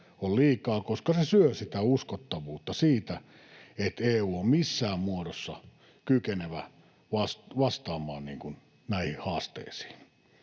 on liikaa, koska se syö uskottavuutta siitä, että EU on missään muodossa kykenevä vastaamaan näihin haasteisiin.